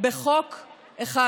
בחוק אחד.